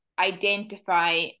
identify